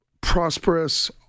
prosperous